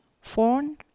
phone